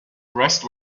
rest